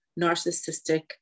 narcissistic